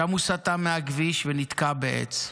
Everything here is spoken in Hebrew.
שם הוא סטה מהכביש ונתקע בעץ.